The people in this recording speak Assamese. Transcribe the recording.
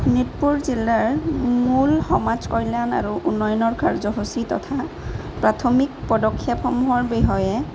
শোণিতপুৰ জিলাৰ মূল সমাজ কল্যাণ আৰু উন্নয়নৰ কাৰ্য্যসূচী তথা প্ৰাথমিক পদক্ষেপসমূহৰ বিষয়ে